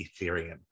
Ethereum